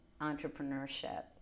entrepreneurship